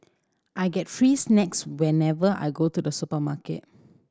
I get free snacks whenever I go to the supermarket